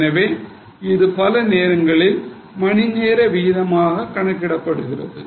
எனவே இது பல நேரங்களில் மணி நேர விகிதமாக கணக்கிடப்படுகிறது